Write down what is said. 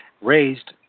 raised